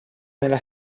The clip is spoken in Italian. nella